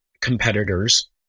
competitors